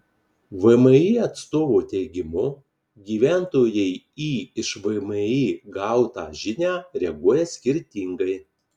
vmi atstovo teigimu gyventojai į iš vmi gautą žinią reaguoja skirtingai